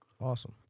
Awesome